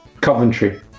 Coventry